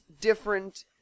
different